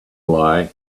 lie